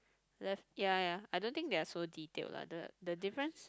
left ya ya I don't think they are so detailed lah the the difference